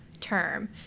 term